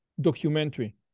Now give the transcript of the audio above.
documentary